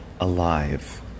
alive